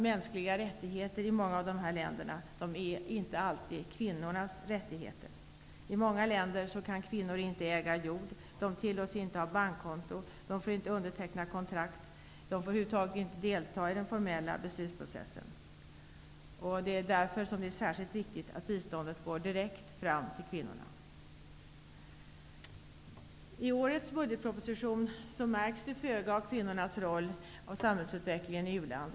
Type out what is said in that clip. Mänskliga rättigheter är i många av dessa länder inte alltid kvinnornas rättigheter. I många länder kan kvinnor inte äga jord, de tillåts inte ha bankkonton, de får inte underteckna kontrakt, och de får över huvud taget inte delta i den formella beslutsprocessen. Det är därför som det är särskilt viktigt att biståndet går fram direkt till kvinnorna. I årets budgetproposition märks föga av kvinnornas roll i samhällsutvecklingen i u-land.